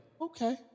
okay